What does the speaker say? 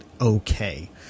okay